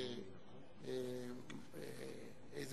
איזה